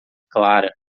clara